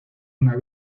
una